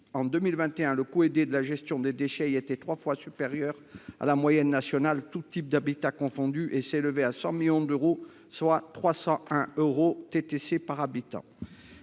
En 2021, le coût aidé de la gestion des déchets était trois fois supérieur à la moyenne nationale, tous types d’habitats confondus. Il s’élevait à 100 millions d’euros, soit 301 euros TTC par habitant.